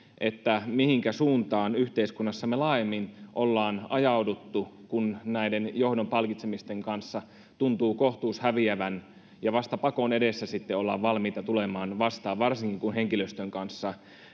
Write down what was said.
mihinkä suuntaan yhteiskunnassamme laajemmin ollaan ajauduttu kun johdon palkitsemisten kanssa tuntuu kohtuus häviävän ja vasta pakon edessä sitten ollaan valmiita tulemaan vastaan varsinkin kun henkilöstön kanssa